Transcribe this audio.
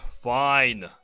Fine